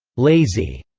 lazy,